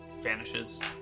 vanishes